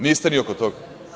Niste ni oko toga.